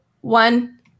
one